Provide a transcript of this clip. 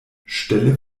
stelle